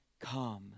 come